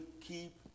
keep